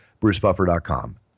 brucebuffer.com